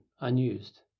unused